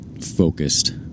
focused